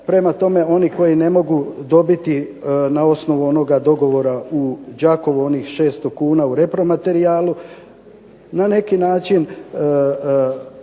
Prema tome, oni koji ne mogu dobiti na osnovu onih dogovora u Đakovu onih 600 kuna u repromaterijalu na neki način